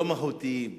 לא מהותיים,